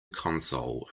console